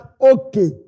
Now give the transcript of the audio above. okay